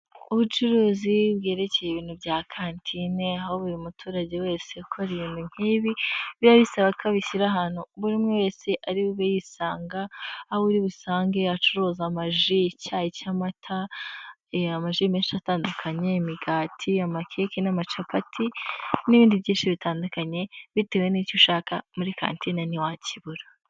Ubucuruzi bwerekeye ibintu bya kantine, aho buri muturage wese ukora ibintu nk'ibi, biba bisaba ko abishyira ahantu buri umwe wese ari bube yisanga, aho uri busange acuruza amaji, icyayi cy'amata, amaji menshi atandukanye, imigati, amakeke n'amacapati n'ibindi byinshi bitandukanye, bitewe n'icyo ushaka muri kantine ntiwakibura.